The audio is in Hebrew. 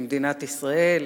במדינת ישראל,